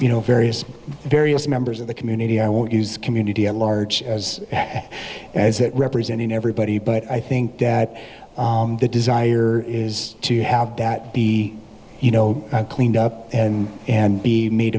you know various various members of the community i won't use community at large as it representing everybody but i think that the desire is to have that be you know cleaned up and be made